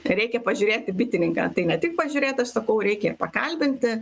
reikia pažiūrėt į bitininką tai ne tik pažiūrėt aš sakau reikia ir pakalbinti